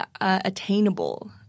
attainable